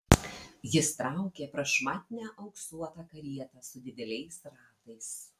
jis traukė prašmatnią auksuotą karietą su dideliais ratais